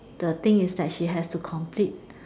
the thing is that she has to complete